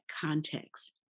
context